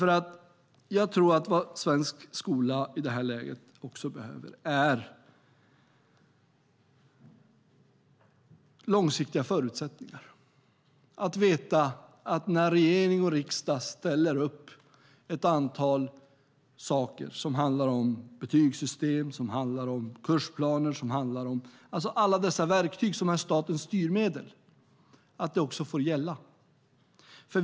Vad svensk skola i detta läge behöver är långsiktiga förutsättningar. Man behöver veta att när regering och riksdag ställer upp ett antal saker som handlar om betygssystem och kursplaner, alltså alla verktyg som är statens styrmedel, är det de som gäller.